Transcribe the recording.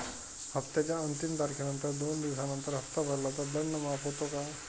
हप्त्याच्या अंतिम तारखेनंतर दोन दिवसानंतर हप्ता भरला तर दंड माफ होतो का?